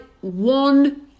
one